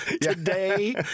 today